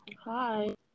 hi